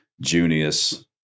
Junius